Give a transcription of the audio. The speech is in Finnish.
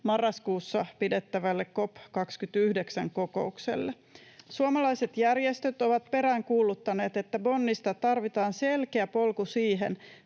marraskuussa pidettävälle COP 29 -kokoukselle. Suomalaiset järjestöt ovat peräänkuuluttaneet, että Bonnista tarvitaan selkeä polku siihen,